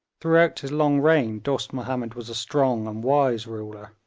throughout his long reign dost mahomed was a strong and wise ruler.